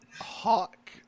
Hawk